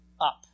up